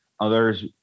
Others